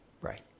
right